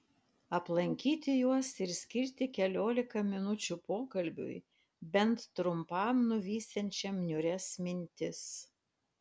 aplankyti juos ir skirti keliolika minučių pokalbiui bent trumpam nuvysiančiam niūrias mintis